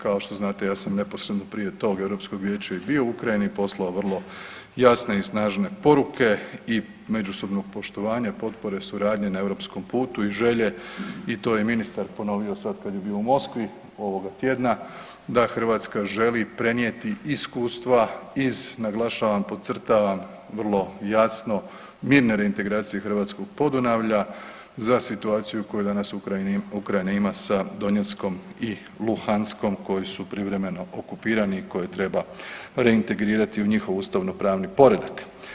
Kao što znate ja sam neposredno prije tog Europskog vijeća i bio u Ukrajini i poslao vrlo jasne i snažne poruke i međusobnog poštovanja, potpore, suradnje na europskom putu i želje i to je ministar ponovio sad kad je bio u Moskvi ovoga tjedna, da Hrvatska želi prenijeti iskustva iz naglašavam, podcrtavam vrlo jasno mirne reintegracije hrvatskog Podunavlja za situaciju koju dana Ukrajina ima sa Donjeckom i Luganskom koji su privremeno okupirani, koje treba reintegrirati u njihov ustavno pravni poredak.